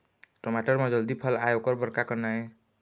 टमाटर म जल्दी फल आय ओकर बर का करना ये?